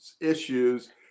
issues